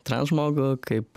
transžmogų kaip